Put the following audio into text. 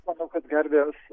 manau kad gervės